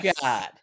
God